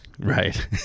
Right